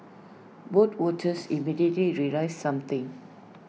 but voters immediately realised something